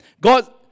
God